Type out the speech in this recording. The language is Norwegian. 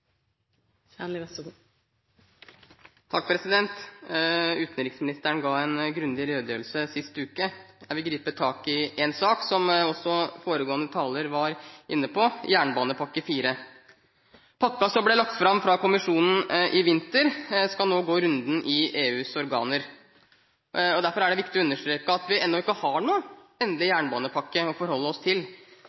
Utenriksministeren hadde en grundig redegjørelse sist uke. Jeg vil gripe tak i en sak som også foregående taler var inne på, nemlig jernbanepakke IV. Pakken, som ble lagt fram av kommisjonen i vinter, skal nå gå runden i EUs organer. Derfor er det viktig å understreke at vi ennå ikke har noen endelig jernbanepakke å forholde oss til.